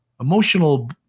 emotional